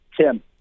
Tim